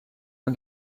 and